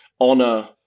Honor